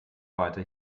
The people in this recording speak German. weiter